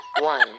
One